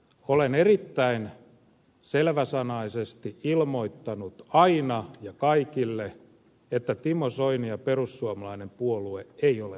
olen erittäin selväsanaisesti ilmoittanut aina ja kaikille että timo soini ja perussuomalainen puolue ei ole rasistinen